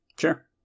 Sure